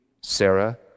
Sarah